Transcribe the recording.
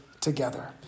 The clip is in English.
together